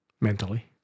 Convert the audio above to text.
mentally